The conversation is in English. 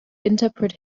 interpret